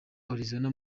arizona